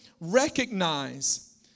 recognize